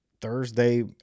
Thursday